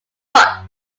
putt